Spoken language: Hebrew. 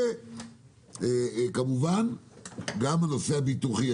וכמובן גם הנושא הביטוחי.